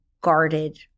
guarded